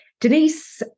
Denise